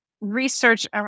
research